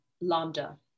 Lambda